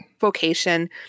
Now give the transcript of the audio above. vocation